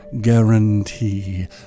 guarantee